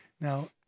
Now